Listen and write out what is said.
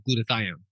glutathione